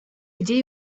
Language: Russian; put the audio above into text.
где